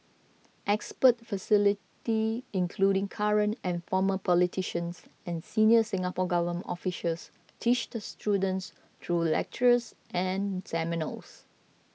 expert facility including current and former politicians and senior Singapore Government officials teach the students through lectures and seminars